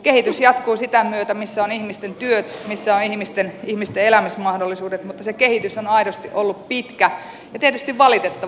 kehitys jatkuu sitä myötä missä on ihmisten työt missä on ihmisten elämismahdollisuudet mutta se kehitys on aidosti ollut pitkä ja tietysti valitettava